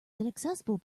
inaccessible